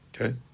Okay